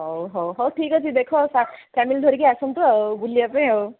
ହଉ ହଉ ହଉ ଠିକ୍ ଅଛି ଦେଖ ଫ୍ୟାମିଲି ଧରିକି ଆସନ୍ତୁ ଆଉ ବୁଲିବା ପାଇଁ ଆଉ